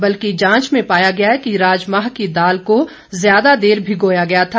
बल्कि जांच में पाया गया कि राजमाह की दाल को ज्यादा देर भिगोया गया था